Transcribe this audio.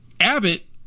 Abbott